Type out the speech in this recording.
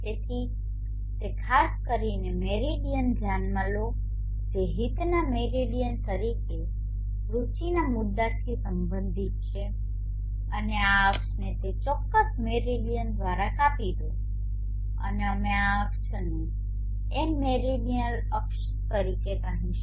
તેથી તે ખાસ મેરિડીયન ધ્યાનમાં લો જે હિતના મેરિડિયન તરીકે રુચિના મુદ્દાથી સંબંધિત છે અને આ અક્ષને તે ચોક્કસ મેરિડીયન દ્વારા કાપી દો અને અમે આ અક્ષને એમ મેરીડીઅનલ અક્ષો તરીકે કહીશું